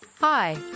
Hi